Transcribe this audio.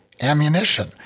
ammunition